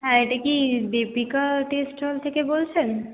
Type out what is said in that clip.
হ্যাঁ এটা কি দীপিকা টেস্ট হল থেকে বলছেন